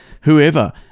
whoever